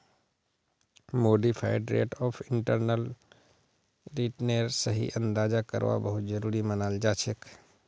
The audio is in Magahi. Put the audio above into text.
मॉडिफाइड रेट ऑफ इंटरनल रिटर्नेर सही अंदाजा करवा बहुत जरूरी मनाल जाछेक